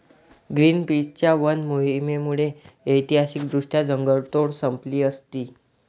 ग्रीनपीसच्या वन मोहिमेमुळे ऐतिहासिकदृष्ट्या जंगलतोड संपली असती